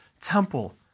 temple